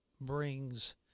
brings